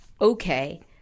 Okay